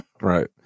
Right